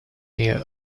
near